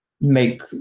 make